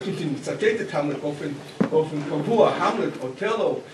הייתי מצטט אותם באופן, אופן קבוע, המלט אותלו